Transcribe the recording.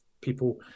people